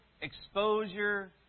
exposure